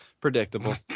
predictable